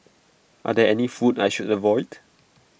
are there any foods I should avoid